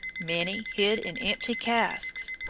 many hid in empty casks,